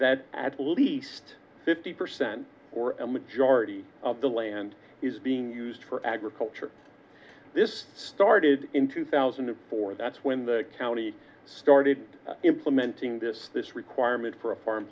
that at least fifty percent or a majority of the land is being used for agriculture this started in two thousand and four that's when the county started implementing this this requirement for farm